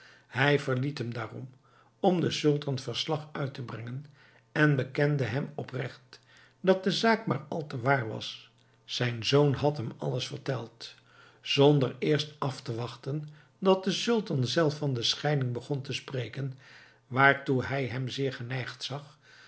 hij verliet hem daarom om den sultan verslag uit te brengen en bekende hem oprecht dat de zaak maar al te waar was zijn zoon had hem alles verteld zonder eerst af te wachten dat de sultan zelf van de scheiding begon te spreken waartoe hij hem zeer geneigd zag